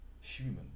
human